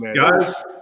Guys